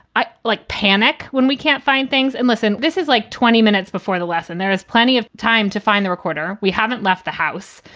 i like panic when we can't find things. and listen, this is like twenty minutes before the lesson. there is plenty of time to find the recorder. we haven't left the house.